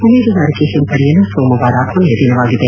ಉಮೇದುವಾರಿಕೆ ಹಿಂಪಡೆಯಲು ಸೋಮವಾರ ಕೊನೆಯ ದಿನವಾಗಿದೆ